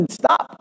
stop